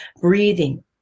breathing